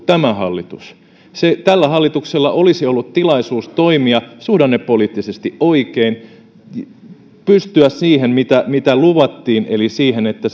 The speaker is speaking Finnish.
tämä hallitus tällä hallituksella olisi ollut tilaisuus toimia suhdannepoliittisesti oikein pystyä siihen mitä mitä luvattiin eli siihen että